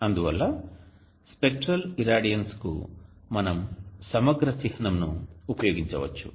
అందువల్ల spectral irradiance కు మనం సమగ్ర చిహ్నం ను ఉపయోగించవచ్చు